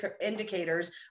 indicators